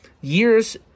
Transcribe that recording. years –